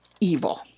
evil